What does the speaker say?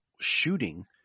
shooting